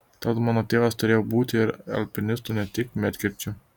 tad mano tėvas turėjo būti ir alpinistu ne tik medkirčiu